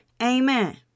Amen